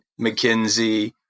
McKinsey